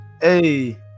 Hey